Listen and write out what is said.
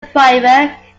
private